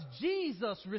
Jesus